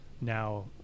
now